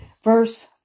Verse